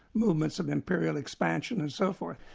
movements of imperial expansion and so forth.